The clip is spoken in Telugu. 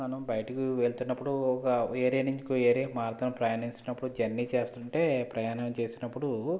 మనం బయటికి వెళ్తున్నప్పుడు ఒక ఏరియా నుంచి ఇంకో ఏరియాకి మారటం ప్రయాణం చేసినప్పుడు జర్నీ చేస్తుంటే